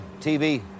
TV